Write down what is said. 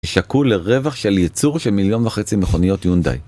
שקול לרווח של ייצור של מיליון וחצי מכוניות יונדאי.